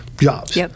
jobs